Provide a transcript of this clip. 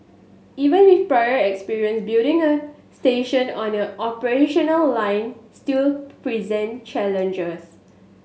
even with prior experience building a station on an operational line still present challenges